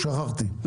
או ששכחתי?